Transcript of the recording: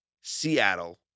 Seattle